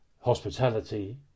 hospitality